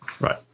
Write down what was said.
Right